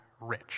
rich